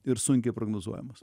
ir sunkiai prognozuojamas